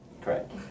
Correct